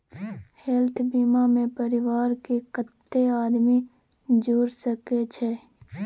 Health बीमा मे परिवार के कत्ते आदमी जुर सके छै?